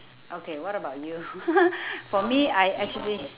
okay what about you for me I actually